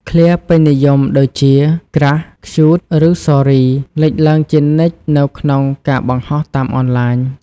ឃ្លាពេញនិយមដូចជា "crush" "cute" ឬ "sorry" លេចឡើងជានិច្ចនៅក្នុងការបង្ហោះតាមអនឡាញ។